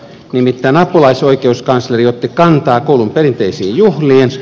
nimittäin apulaisoikeuskansleri otti kantaa koulun perinteisiin juhliin